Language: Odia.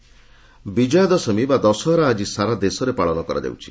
ଦଶ ହରା ବିଜୟା ଦଶମୀ ବା ଦଶହରା ଆଜି ସାରା ଦେଶରେ ପାଳନ କରାଯାଉଛି